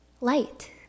light